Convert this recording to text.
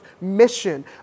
mission